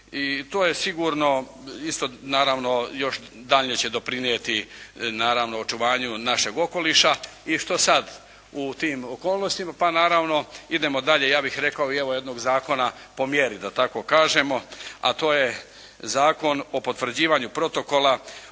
I to je sigurno isto naravno još dalje će doprinijeti naravno očuvanju našeg okoliša i što sad u tim okolnostima, pa naravno idemo dalje ja bih rekao evo jednog zakona po mjeri da tako kažemo, a to je Zakon o potvrđivanju Protokola